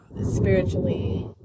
spiritually